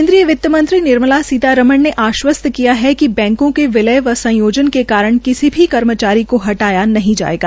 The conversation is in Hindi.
केन्द्रीय वितमंत्री निर्मला सीतारमण ने आश्वस्त किया है कि बैंको के विलय व संयोजन के कारण किसी भी कर्मचारी को हटाया नहीं जायेगा